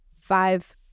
five